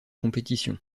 compétition